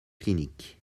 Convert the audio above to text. cliniques